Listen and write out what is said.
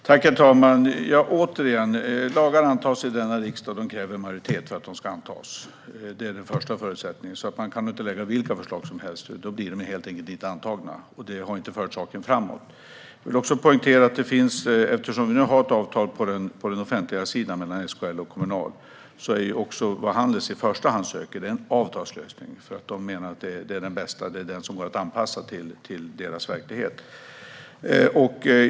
Herr talman! Återigen: Lagar antas i denna riksdag, och det krävs majoritet för att de ska antas. Det är den främsta förutsättningen. Man kan inte lägga fram vilka förslag som helst. De blir helt enkelt inte antagna, och det för inte saken framåt. Eftersom vi nu har ett avtal på den offentliga sidan mellan SKL och Kommunal vill jag poängtera att Handels i första hand söker en avtalslösning. De menar att det är den bästa lösningen, som går att anpassa till deras verklighet.